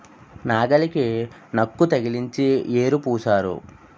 నాగలికి నక్కు తగిలించి యేరు పూశారు